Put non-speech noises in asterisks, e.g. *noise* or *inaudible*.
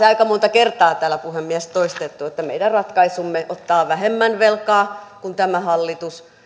*unintelligible* aika monta kertaa täällä puhemies toistaneet että meidän ratkaisumme ottaa vähemmän velkaa kuin tämä hallitus